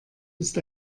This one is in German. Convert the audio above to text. ist